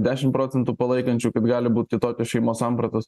dešimt procentų palaikančių kaip gali būt kitokios šeimos sampratos